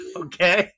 okay